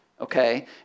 okay